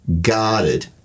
guarded